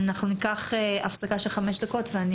אנחנו ניקח הפסקה של חמש דקות ואני